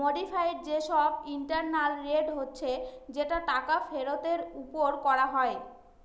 modified যে সব internal rate হচ্ছে যেটা টাকা ফেরতের ওপর করা হয়